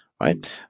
right